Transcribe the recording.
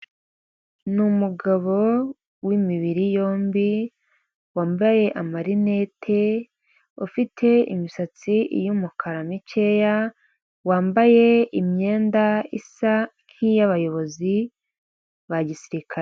Ni umugabo w’ imibiri yombi wambaye amarinete, ufite imisatsi y’umukara mikeya, wambaye imyenda isa nkiyabayobozi ba gisirikare.